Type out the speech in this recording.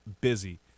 busy